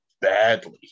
badly